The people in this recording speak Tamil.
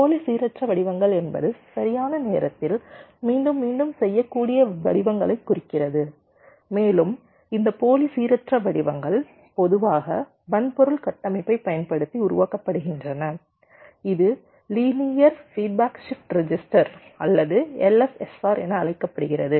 போலி சீரற்ற வடிவங்கள் என்பது சரியான நேரத்தில் மீண்டும் மீண்டும் செய்யக்கூடிய வடிவங்களைக் குறிக்கிறது மேலும் இந்த போலி சீரற்ற வடிவங்கள் பொதுவாக வன்பொருள் கட்டமைப்பைப் பயன்படுத்தி உருவாக்கப்படுகின்றன இது லீனியர் ஃபீட்பேக் ஷிப்ட் ரெஜிஸ்டர் அல்லது LFSR என அழைக்கப்படுகிறது